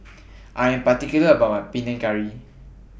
I Am particular about My Panang Curry